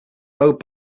road